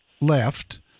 left